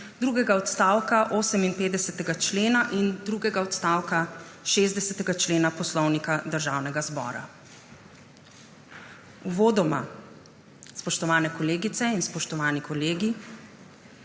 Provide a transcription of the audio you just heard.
drugega odstavka 58. člena in drugega odstavka 60. člena Poslovnika Državnega zbora. Uvodoma, spoštovane kolegice in spoštovani kolegi,